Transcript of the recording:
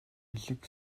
элэг